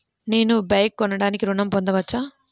నేను బైక్ కొనటానికి ఋణం పొందవచ్చా?